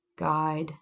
guide